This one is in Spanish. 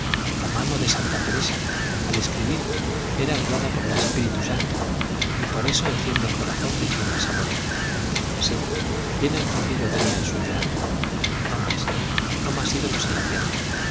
la mano de santa teresa al escribir era guiada por el espíritu santo y por eso enciende el corazón de quien la saborea sí bien encendido tenía el suyo ana no más no más ídolos en la tierra